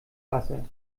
wasser